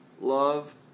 love